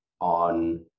on